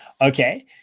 Okay